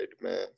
man